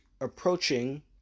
approaching